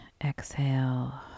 exhale